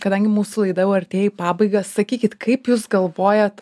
kadangi mūsų laida jau artėja į pabaigą sakykit kaip jūs galvojat